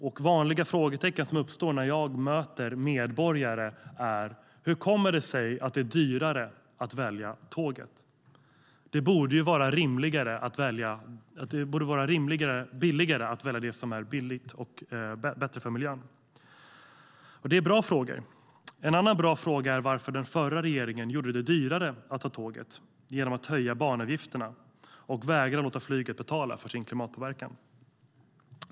En vanlig fråga som uppstår när jag möter medborgare är: Hur kommer det sig att det dyrare att välja tåg? Det borde ju vara billigare att välja det som är bättre för miljön. Det är en bra fråga. En annan bra fråga är varför den förra regeringen gjorde det dyrare att ta tåget genom att höja banavgifterna för tåget och vägrade låta flyget betala för sin klimatpåverkan.